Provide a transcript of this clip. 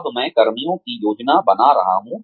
अब मैं कर्मियों की योजना बना रहा हूं